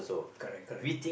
correct correct